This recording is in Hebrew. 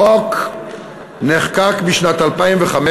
החוק נחקק בשנת 2005,